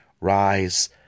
Rise